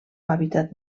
hàbitat